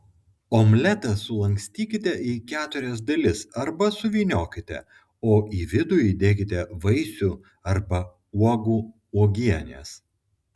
omletą sulankstykite į keturias dalis arba suvyniokite o į vidų įdėkite vaisių arba uogų uogienės